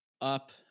up